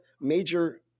major